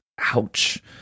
Ouch